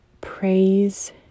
praise